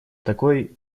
такой